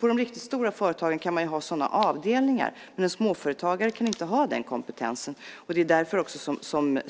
På de riktigt stora företagen kan man ha sådana avdelningar, men en småföretagare kan inte ha den kompetensen. Det är därför